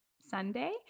Sunday